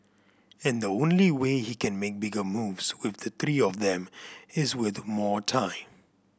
and the only way he can make bigger moves with the three of them is with more time